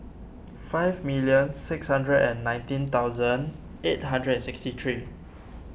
five million six hundred and nineteen thousand eight hundred and sixty three